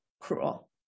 cruel